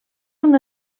una